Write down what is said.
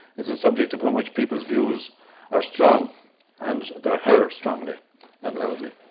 is a subject upon which people's views are strong and they're heard strongly and loudly.